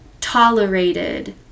tolerated